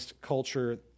culture